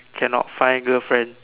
cannot find girlfriend